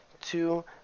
two